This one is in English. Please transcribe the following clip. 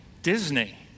Disney